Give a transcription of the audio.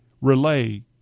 relay